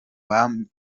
bambariye